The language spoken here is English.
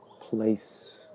place